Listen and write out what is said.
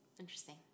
interesting